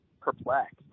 perplexed